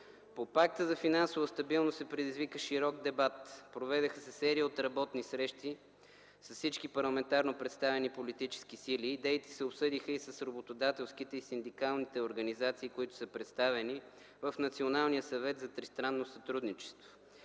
По Пакта за финансова стабилност се предизвика широк дебат, проведоха се серия от работни срещи с всички парламентарно представени политически сили. Идеите се обсъдиха и с работодателските и синдикалните организации, представени в Националния съвет за тристранно сътрудничество.